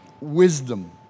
Wisdom